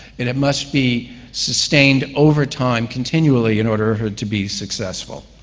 it it must be sustained over time continually in order to be successful.